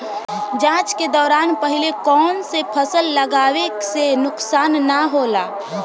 जाँच के दौरान पहिले कौन से फसल लगावे से नुकसान न होला?